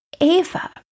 Ava